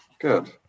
good